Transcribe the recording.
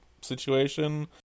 situation